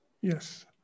Yes